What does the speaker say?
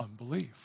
unbelief